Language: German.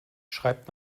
schreibt